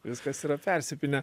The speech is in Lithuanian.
viskas yra persipynę